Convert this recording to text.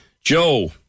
Joe